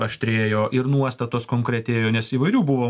aštrėjo ir nuostatos konkretėjo nes įvairių buvo